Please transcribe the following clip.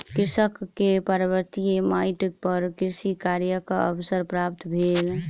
कृषक के पर्वतीय माइट पर कृषि कार्यक अवसर प्राप्त भेल